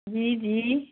जी जी